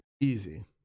Easy